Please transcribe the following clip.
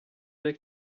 avec